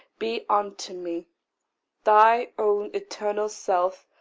be unto me thy own eternal self,